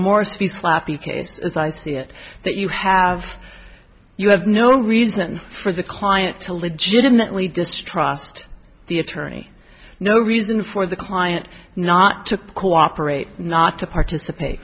case as i see it that you have you have no reason for the client to legitimately distrust the attorney no reason for the client not to cooperate not to participate